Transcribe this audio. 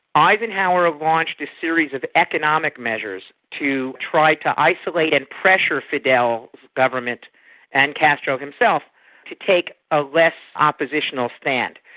eisenhower launched a series of economic measures to try to isolate and pressure fidel's government and castro himself to take a less oppositional stand.